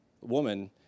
woman